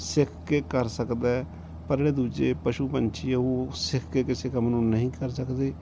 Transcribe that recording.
ਸਿੱਖ ਕੇ ਕਰ ਸਕਦਾ ਪਰ ਜਿਹੜੇ ਦੂਜੇ ਪਸ਼ੂ ਪੰਛੀ ਹੈ ਉਹ ਸਿੱਖ ਕੇ ਕਿਸੇ ਕੰਮ ਨੂੰ ਨਹੀਂ ਕਰ ਸਕਦੇ